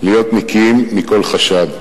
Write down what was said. להיות נקיים מכל חשד.